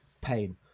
pain